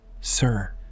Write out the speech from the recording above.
Sir